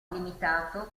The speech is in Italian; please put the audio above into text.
limitato